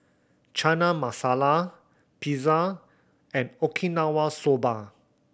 Chana Masala Pizza and Okinawa Soba